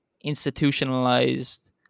institutionalized